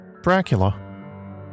Dracula